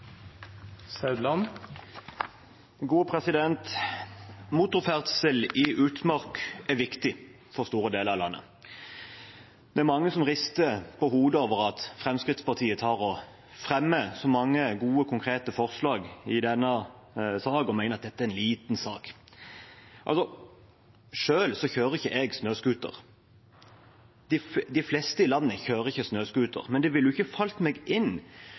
Motorferdsel i utmark er viktig for store deler av landet. Det er mange som rister på hodet over at Fremskrittspartiet fremmer så mange gode, konkrete forslag i denne saken og mener at det er en liten sak. Selv kjører ikke jeg snøscooter. De fleste i landet kjører ikke snøscooter. Men det ville ikke falt meg inn